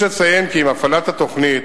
יש לציין כי עם הפעלת התוכנית,